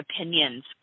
opinions